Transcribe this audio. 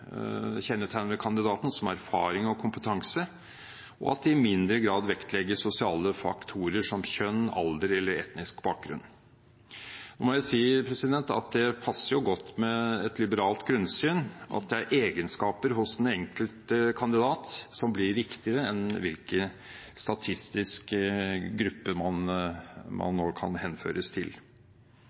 i mindre grad vektlegger sosiale faktorer som kjønn, alder eller etnisk bakgrunn. Det passer jo godt med et liberalt grunnsyn at egenskaper hos den enkelte kandidat blir viktigere enn hvilken statistisk gruppe man kan henføres til. Uansett hva man tror virkningene av dette blir, er det grunnleggende spørsmålet her i dag som Stortinget må ta stilling til,